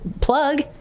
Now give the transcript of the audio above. plug